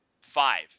five